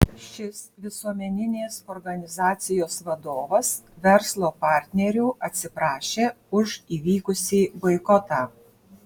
šis visuomeninės organizacijos vadovas verslo partnerių atsiprašė už įvykusį boikotą